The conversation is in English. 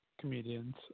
comedians